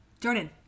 Jordan